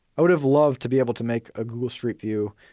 i would have loved to be able to make a google street view,